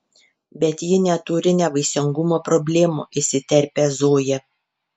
bet ji neturi nevaisingumo problemų įsiterpia zoja